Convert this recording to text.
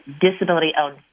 disability-owned